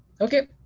okay